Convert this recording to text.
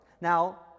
Now